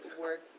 work